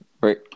Right